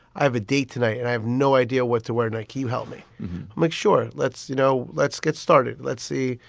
i have a date tonight and i have no idea what to wear. nike to help me make sure let's you know, let's get started. let's see.